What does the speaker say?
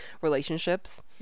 relationships